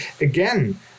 again